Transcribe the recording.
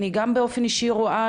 אני גם באופן אישי רואה,